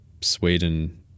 sweden